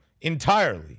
entirely